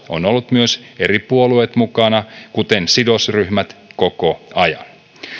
ovat olleet myös eri puolueet kuten myös sidosryhmät mukana koko ajan